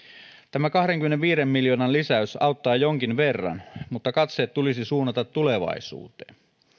tämä kahdenkymmenenviiden miljoonan lisäys auttaa jonkin verran mutta katseet tulisi suunnata tulevaisuuteen